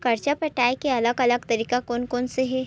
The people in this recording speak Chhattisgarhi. कर्जा पटाये के अलग अलग तरीका कोन कोन से हे?